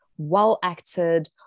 well-acted